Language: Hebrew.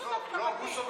בוסו,